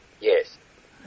Yes